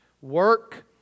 Work